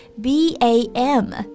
B-A-M